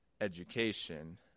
education